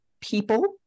people